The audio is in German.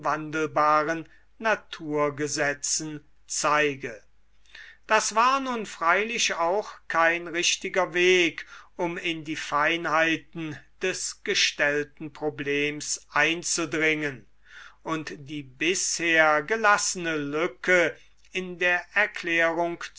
unwandelbaren naturgesetzen zeige das war nun freilich auch kein richtiger weg um in die feinheiten des gestellten problems einzudringen und die bisher gelassene lücke in der erklärung